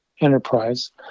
enterprise